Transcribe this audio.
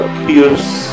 pierce